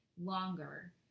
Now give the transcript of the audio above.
longer